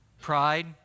Pride